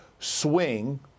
swing